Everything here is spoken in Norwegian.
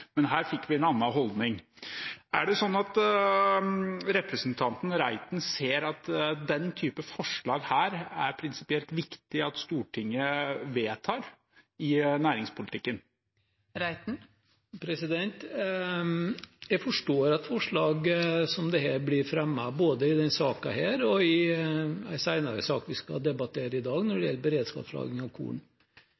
Men her fikk vi høre en annen holdning. Er det sånn at representanten Reiten ser at denne type forslag er det prinsipielt viktig at Stortinget vedtar i næringspolitikken? Jeg forstår at forslag som dette blir fremmet, både i denne saken og i saker vi skal debattere senere i dag når det